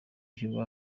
ishyirwa